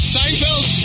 Seinfeld